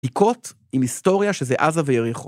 עיקות עם היסטוריה שזה עזה ויריחו.